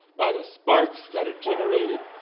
by the sparks that are generated,